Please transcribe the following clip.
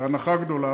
הנחה גדולה,